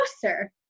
closer